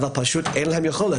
אבל פשוט אין להם יכולת.